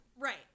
Right